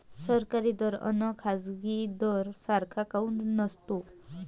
सरकारी दर अन खाजगी दर सारखा काऊन नसतो?